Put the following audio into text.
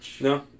No